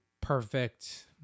perfect